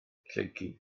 lleucu